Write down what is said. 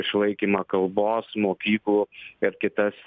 išlaikymą kalbos mokyklų ir kitas